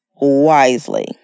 wisely